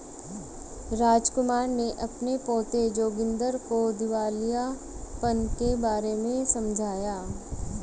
रामकुमार ने अपने पोते जोगिंदर को दिवालियापन के बारे में समझाया